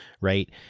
right